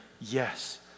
yes